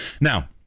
now